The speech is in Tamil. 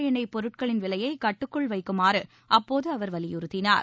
எண்ணெய் பொருட்களின் விலையை கட்டுக்குள் வைக்குமாறு அப்போது கச்சா அவர் வலியுறுத்தினார்